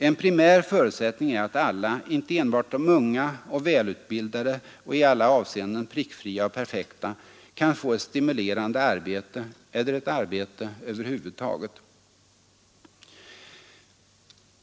En primär förutsättning är att alla, inte enbart de unga och välutbildade och i alla avseenden prickfria och perfekta, kan få ett stimulerande arbete eller ett arbete över huvud taget.